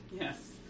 Yes